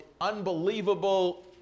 unbelievable